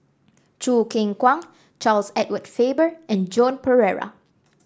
Choo Keng Kwang Charles Edward Faber and Joan Pereira